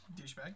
Dishbag